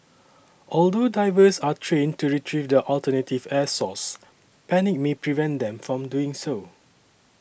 although divers are trained to retrieve their alternative air source panic may prevent them from doing so